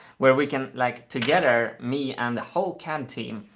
where we can, like, together, me and the whole cad team,